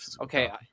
okay